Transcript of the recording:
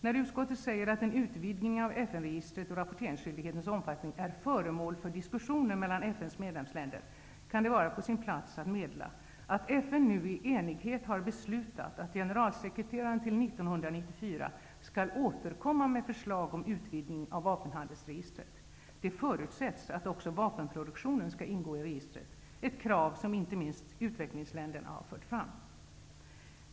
När utskottet säger att en utvidgning av FN-registret och rapporteringsskyldighetens omfattning är föremål för diskussion mellan FN:s medlemsländer, kan det vara på sin plats att meddela att FN nu i enighet har beslutat att generalsekreteraren till 1994 skall återkomma med förslag om utvidgning av vapenhandelsregistret. Det förutsätts att också vapenproduktionen skall ingå i registret, ett krav som inte minst utvecklingsländerna har fört fram.